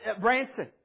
Branson